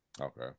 Okay